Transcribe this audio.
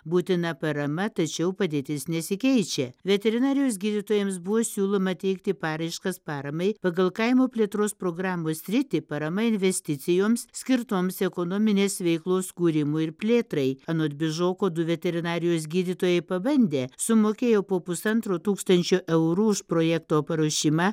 būtina parama tačiau padėtis nesikeičia veterinarijos gydytojams buvo siūloma teikti paraiškas paramai pagal kaimo plėtros programos sritį parama investicijoms skirtoms ekonominės veiklos kūrimui ir plėtrai anot bižoko du veterinarijos gydytojai pabandė sumokėjo po pusantro tūkstančio eurų už projekto paruošimą